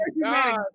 God